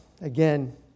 again